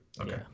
Okay